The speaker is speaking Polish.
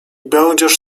będziesz